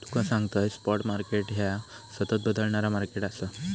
तुका सांगतंय, spot market ह्या सतत बदलणारा मार्केट आसा